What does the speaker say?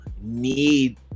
need